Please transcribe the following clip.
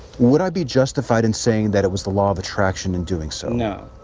would i be justified in saying that it was the law of attraction in doing so? no.